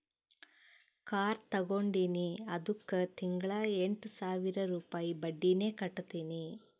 car ತಗೊಂಡಿನಿ ಅದ್ದುಕ್ ತಿಂಗಳಾ ಎಂಟ್ ಸಾವಿರ ರುಪಾಯಿ ಬಡ್ಡಿನೆ ಕಟ್ಟತಿನಿ